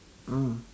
mm